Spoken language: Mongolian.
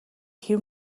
хэв